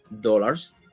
dollars